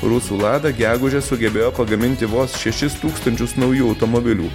rusų lada gegužę sugebėjo pagaminti vos šešis tūkstančius naujų automobilių